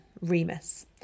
Remus